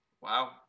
Wow